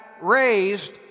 raised